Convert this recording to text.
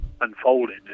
unfolding